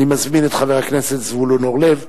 אני מזמין את חבר הכנסת זבולון אורלב,